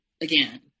again